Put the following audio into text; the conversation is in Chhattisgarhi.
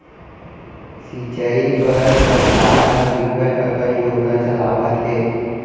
सिंचई बर सरकार ह बिकट अकन योजना चलावत हे